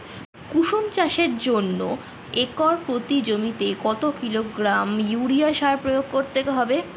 কুসুম চাষের জন্য একর প্রতি জমিতে কত কিলোগ্রাম ইউরিয়া সার প্রয়োগ করতে হবে?